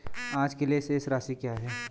आज के लिए शेष राशि क्या है?